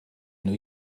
new